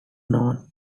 known